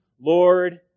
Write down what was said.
Lord